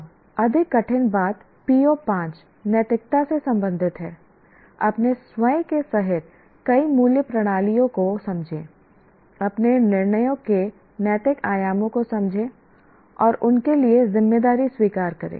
अब अधिक कठिन बात PO5 नैतिकता से संबंधित है अपने स्वयं के सहित कई मूल्य प्रणालियों को समझें अपने निर्णयों के नैतिक आयामों को समझें और उनके लिए जिम्मेदारी स्वीकार करें